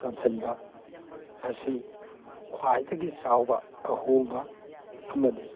ꯉꯝꯍꯟꯕ ꯑꯁꯤ ꯈ꯭ꯋꯥꯏꯗꯒꯤ ꯆꯥꯎꯕ ꯑꯍꯣꯡꯕ ꯑꯃꯅꯤ